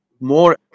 more